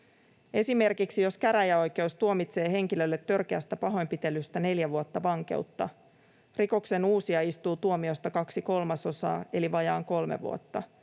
Esimerkiksi, jos käräjäoikeus tuomitsee henkilölle törkeästä pahoinpitelystä neljä vuotta vankeutta, rikoksenuusija istuu tuomiosta kaksi kolmasosaa eli vajaan kolme vuotta